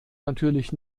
natürlich